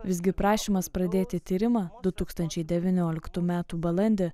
visgi prašymas pradėti tyrimą du tūkstančiai devynioliktų metų balandį